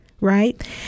right